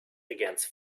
against